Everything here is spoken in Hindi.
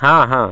हाँ हाँ